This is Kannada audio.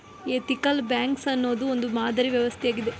ಎಥಿಕಲ್ ಬ್ಯಾಂಕ್ಸ್ ಅನ್ನೋದು ಒಂದು ಮಾದರಿ ವ್ಯವಸ್ಥೆ ಆಗಿದೆ